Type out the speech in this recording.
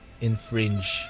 Infringe